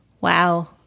Wow